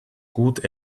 gut